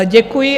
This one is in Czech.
Děkuji.